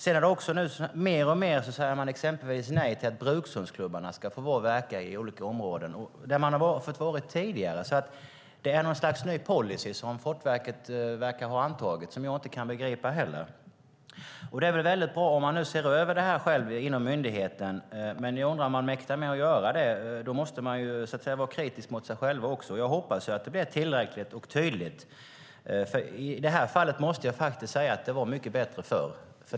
Mer och mer säger man exempelvis nej till att brukshundsklubbarna ska få vara och verka i olika områden där de har varit tidigare. Det är ett slags ny policy som Fortifikationsverket verkar ha antagit som jag inte kan begripa. Det är väldigt bra om man själv inom myndigheten ser över det hela, men jag undrar om man mäktar med att göra det. Då måste man vara kritisk mot sig själv. Jag hoppas att det blir tillräckligt och tydligt. I det här fallet måste jag säga att det var mycket bättre förr.